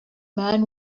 man